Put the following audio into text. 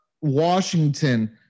Washington